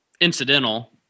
incidental